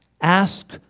Ask